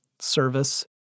service